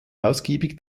ausgiebig